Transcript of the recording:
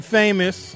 famous